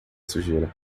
sujeira